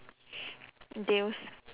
deals